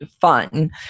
fun